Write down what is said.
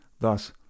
Thus